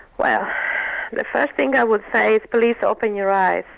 well the first thing i would say is, please open your eyes.